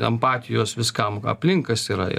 empatijos viskam aplink kas yra